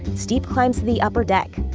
steep climbs to the upper deck,